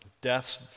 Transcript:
deaths